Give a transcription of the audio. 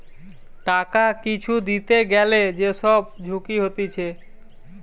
টাকা কিছু দিতে গ্যালে যে সব ঝুঁকি হতিছে